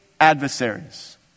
adversaries